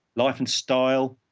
life and style,